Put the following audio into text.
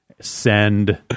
Send